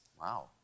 Wow